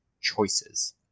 choices